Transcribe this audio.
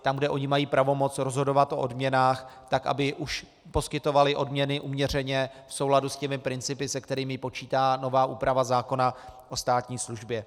Tam, kde oni mají pravomoc rozhodovat o odměnách, aby už poskytovali odměny uměřeně v souladu s těmi principy, se kterými počítá nová úprava zákona o státní službě.